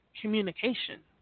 communication